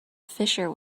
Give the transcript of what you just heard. fissure